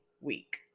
Week